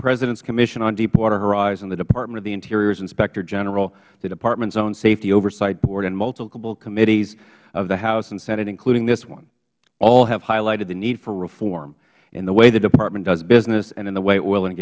president's commission on deepwater horizon the department of the interior's inspector general the department's own safety oversight board and multiple committees of the house and senate including this one all have highlighted the need for reform in the way the department does business and in the w